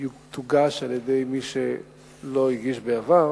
של בקשה שתוגש על-ידי מי שלא הגיש בעבר